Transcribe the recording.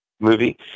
movie